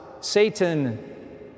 Satan